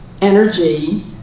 energy